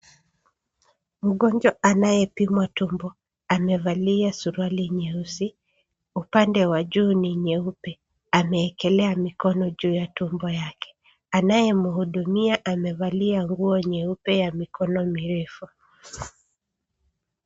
Mgonjwa anayepimwa tumbo amevalia suruali nyeusi, upande wa juu ni nyeupe. Amewekelea mikono juu ya tumbo yake. Anayemhudumia amevalia nguo nyeupe ya mikono mirefu.